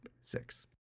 six